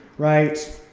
right.